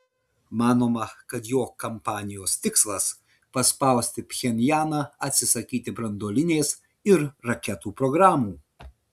manoma kad jo kampanijos tikslas paspausti pchenjaną atsisakyti branduolinės ir raketų programų